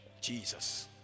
Jesus